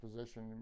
position